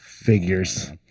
Figures